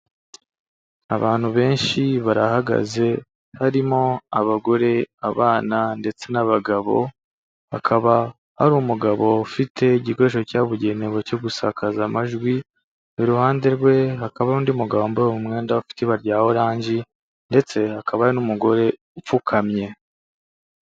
Abantu benshi barahagaze barimo abagore, abana ndetse n'abagabo, hakaba hari umugabo ufite igikoresho cyabugenewe cyo gusakaza amajwi, iruhande rwe hakaba n'undi mugabo wambaye umwenda ufite ibara rya oranji ndetse hakaba hari n'umugore upfukamye.